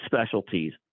specialties